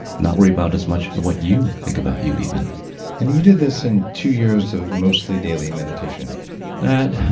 not worry about as much of what you think about you even and you did this in two years of mostly daily meditation that,